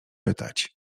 pytać